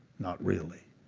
not really.